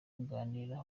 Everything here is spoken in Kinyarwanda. kuganira